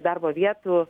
darbo vietų